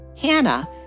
Hannah